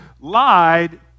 lied